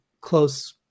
close